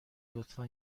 لطفا